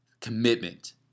commitment